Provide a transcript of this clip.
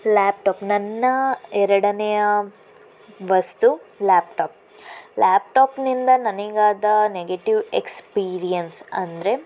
laptop ನನ್ನ ಎರಡನೆಯ ವಸ್ತು ಲ್ಯಾಪ್ಟಾಪ್ ಲ್ಯಾಪ್ಟಾಪ್ನಿಂದ ನನಗಾದ ನೆಗೆಟಿವ್ ಎಕ್ಸ್ಪೀರಿಯನ್ಸ್ ಅಂದರೆ